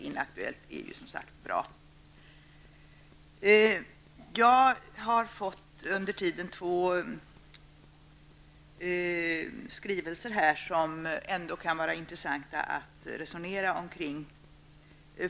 Under den tid som gått har jag fått två skrivelser som det kan vara intressant att resonera kring.